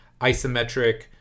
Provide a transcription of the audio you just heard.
isometric